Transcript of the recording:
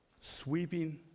sweeping